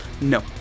No